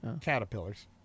Caterpillars